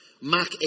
Mark